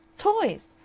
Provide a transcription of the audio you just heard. toys!